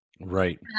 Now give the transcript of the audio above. Right